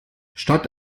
statt